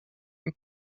and